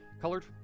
colored